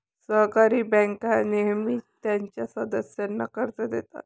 सहकारी बँका नेहमीच त्यांच्या सदस्यांना कर्ज देतात